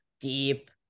deep